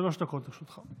בבקשה, שלוש דקות לרשותך.